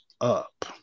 up